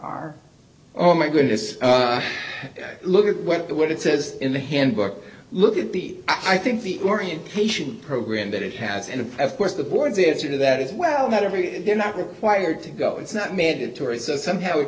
are oh my goodness look at what it says in the handbook look at the i think the orientation program that it has and of course the board's answer to that is well that every they're not required to go it's not mandatory so somehow it